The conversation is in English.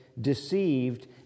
deceived